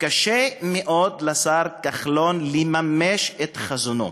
קשה מאוד לשר כחלון לממש את חזונו.